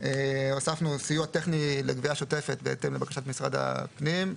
הוספנו סיוע טכני לגבייה שוטפת בהתאם לבקשת משרד הפנים.